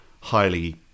highly